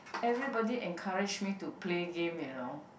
everybody encourage me to play game you know